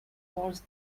worth